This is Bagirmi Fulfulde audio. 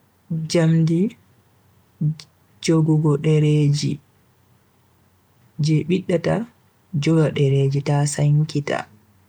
jamdi jogugo dereji jibidata joga dereji tasain kita